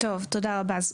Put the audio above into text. טוב, תודה רבה.